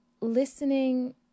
listening